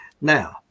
Now